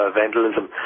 vandalism